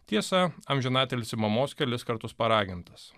tiesa amžinatilsį mamos kelis kartus paragintas